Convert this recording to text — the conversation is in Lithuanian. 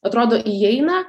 atrodo įeina